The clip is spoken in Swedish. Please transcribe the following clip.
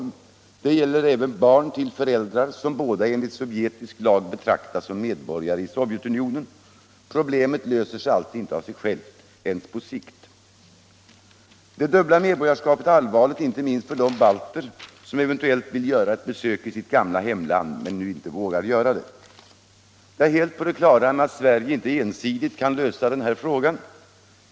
Det gäller även barn till föräldrar som båda enligt sovjetisk lag betraktas som medborgare i Sovjetunionen. Problemet löser sig alltså inte av sig självt — ens på sikt. Det dubbla medborgarskapet är allvarligt inte minst för de balter som eventuellt vill göra besök i sitt gamla hemland men nu inte vågar göra — Nr 110 det. Tisdagen den Jag är helt på det klara med att Sverige inte ensidigt kan lösa denna 27 april 1976 fråga.